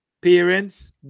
Parents